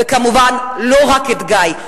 וכמובן, לא רק את גיא.